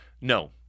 No